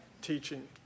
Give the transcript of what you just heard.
teaching